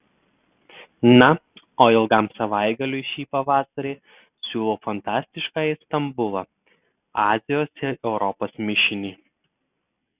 na o ilgam savaitgaliui šį pavasarį siūlau fantastiškąjį stambulą azijos ir europos mišinį